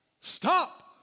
stop